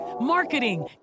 marketing